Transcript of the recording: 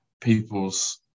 people's